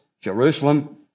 Jerusalem